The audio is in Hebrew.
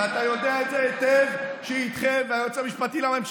ואני יודע ששר המשפטים היום,